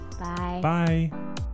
Bye